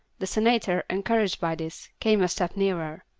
the senator, encouraged by this, came a step nearer.